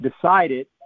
decided